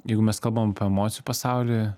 jeigu mes kalbam apie emocijų pasaulį